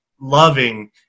loving